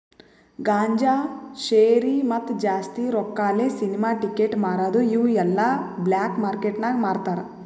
ಗಾಂಜಾ, ಶೇರಿ, ಮತ್ತ ಜಾಸ್ತಿ ರೊಕ್ಕಾಲೆ ಸಿನಿಮಾ ಟಿಕೆಟ್ ಮಾರದು ಇವು ಎಲ್ಲಾ ಬ್ಲ್ಯಾಕ್ ಮಾರ್ಕೇಟ್ ನಾಗ್ ಮಾರ್ತಾರ್